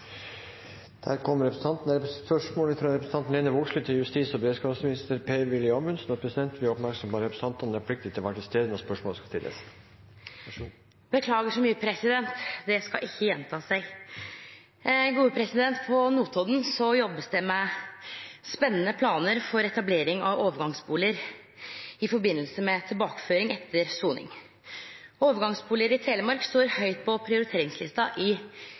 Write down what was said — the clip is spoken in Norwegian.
at representantene er pliktige til å være til stede når spørsmålet skal stilles. Beklagar så mykje, president. Det skal ikkje gjenta seg. «På Notodden jobbes det med spennende planer for etablering av overgangsboliger i forbindelse med tilbakeføring etter soning. Overgangsbolig i Telemark står høyt på prioriteringslista i